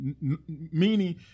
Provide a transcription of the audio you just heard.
meaning